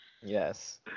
Yes